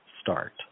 start